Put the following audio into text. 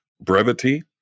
brevity